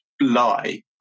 lie